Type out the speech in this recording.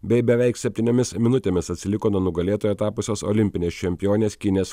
bei beveik septyniomis minutėmis atsiliko nuo nugalėtoja tapusios olimpinės čempionės kinės